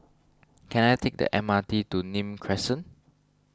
can I take the M R T to Nim Crescent